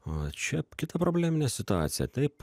o čia kita probleminė situacija taip